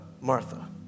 Martha